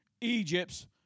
Egypt's